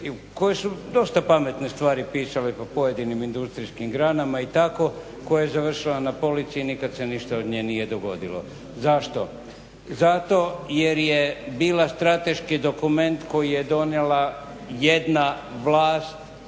kojoj su dosta pametne stvari pisale po pojedinim industrijskim granama i tako koja je završila na polici i nikad se ništa od nje nije dogodilo. Zašto? Zato jer je bila strateški dokument koji je donijela jedna vlast